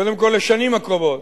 קודם כול לשנים הקרובות,